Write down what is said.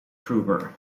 krueger